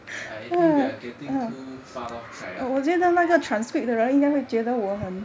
I think we are getting too far off track ah